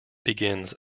begins